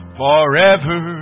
forever